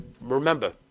remember